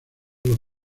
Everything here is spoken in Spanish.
los